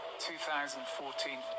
2014